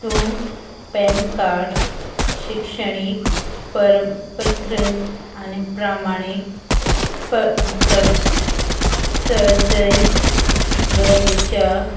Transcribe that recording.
तूं PAN card शिक्षणीक पारपत्र आनी प्रामाणीक प्रपत्र सजयन गरजेच्या